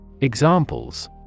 Examples